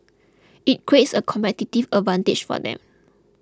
it creates a competitive advantage for them